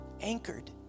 anchored